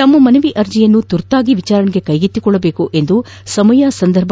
ತಮ್ಮ ಮನವಿ ಅರ್ಜಿಯನ್ನು ತುರ್ತಾಗಿ ವಿಚಾರಣೆಗೆ ಕ್ವೆಗೆತ್ತಿಕೊಳ್ಳಬೇಕು ಎಂದು ಸಮಯ ಸಂದರ್ಭ